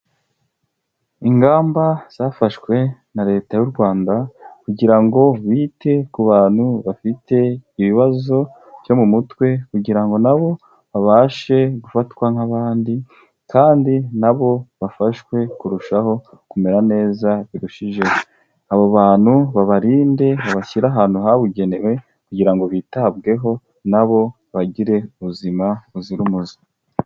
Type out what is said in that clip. Ingamba zafashwe na Leta y'u Rwanda kugira ngo bite ku bantu bafite ibibazo byo mu mutwe kugira ngo na bo babashe gufatwa nk'abandi kandi na bo bafashwe kurushaho kumera neza birushijeho, abo bantu babarinde babashyire ahantu habugenewe kugira ngo bitabweho na bo bagire ubuzima buzira umuze.